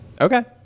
Okay